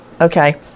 Okay